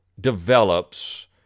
develops